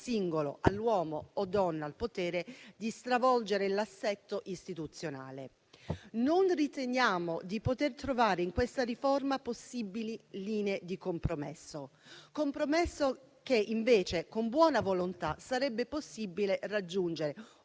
singolo, all'uomo o donna al potere, di stravolgere l'assetto istituzionale. Non riteniamo di poter trovare in questa riforma possibili linee di compromesso, che invece, con buona volontà, sarebbe possibile raggiungere,